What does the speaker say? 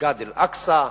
מסגד אל-אקצא,